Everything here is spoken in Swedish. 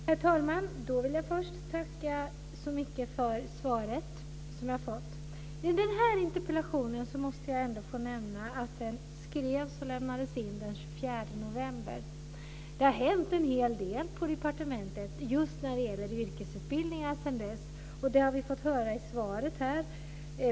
Herr talman! Jag vill först tacka så mycket för svaret som jag har fått. Jag måste få nämna att den här interpellationen skrevs och lämnades in den 24 november. Det har hänt en hel del på departementet just när det gäller yrkesutbildningar sedan dess, och det har vi fått höra i svaret här.